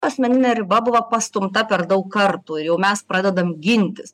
asmeninė riba buvo pastumta per daug kartų ir jau mes pradedam gintis